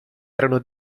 erano